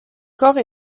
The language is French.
corps